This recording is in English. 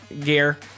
gear